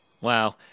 Wow